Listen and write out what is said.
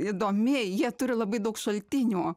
įdomi jie turi labai daug šaltinių